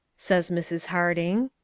says mrs. harding.